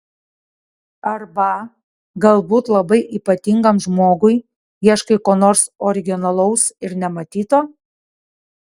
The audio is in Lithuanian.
arba galbūt labai ypatingam žmogui ieškai ko nors originalaus ir nematyto